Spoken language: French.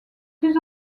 plus